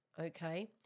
Okay